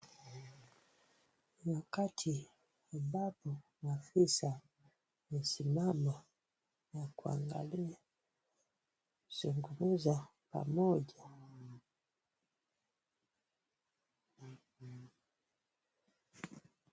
Wakati ambapo maafisa wamesimama na kuangalia kuzungumza pamoja na wafanyikazi.